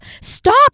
stop